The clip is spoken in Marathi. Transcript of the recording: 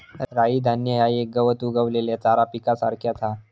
राई धान्य ह्या एक गवत उगवलेल्या चारा पिकासारख्याच हा